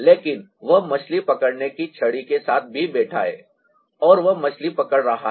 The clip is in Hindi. लेकिन वह मछली पकड़ने की छड़ी के साथ भी बैठा है और वह मछली पकड़ रहा है